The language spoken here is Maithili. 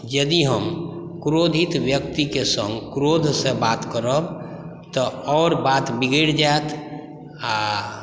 यदि हम क्रोधित व्यक्तिके सङ्ग क्रोधसँ बात करब तऽ आओर बात बिगड़ि जाएत आओर